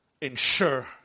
ensure